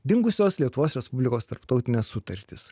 dingusios lietuvos respublikos tarptautinės sutartys